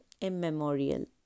immemorial